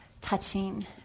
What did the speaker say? touching